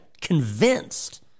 convinced